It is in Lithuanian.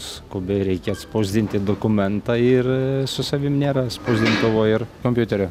skubiai reikia atspausdinti dokumentą ir su savimi nėra spausdintuvo ir kompiuterio